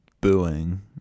booing